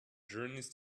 journeys